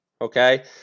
Okay